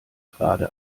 gerade